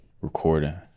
Recording